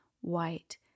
white